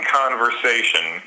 conversation